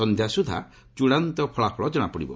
ସନ୍ଧ୍ୟା ସୁଦ୍ଧା ଚୂଡ଼ାନ୍ତ ଫଳାଫଳ ଜଣାପଡ଼ିବ